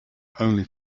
only